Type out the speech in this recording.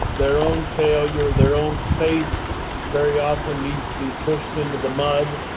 their own failure, their own face very often needs to be pushed into the mud,